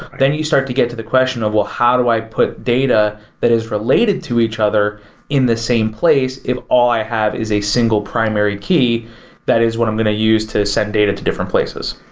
then you start to get to the question of, well, how do i put data that is related to each other in the same place if all i have is a single primary key that is what i'm going to use to send data to different places?